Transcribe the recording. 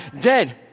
dead